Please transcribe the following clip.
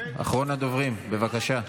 אחרון הדוברים, בבקשה.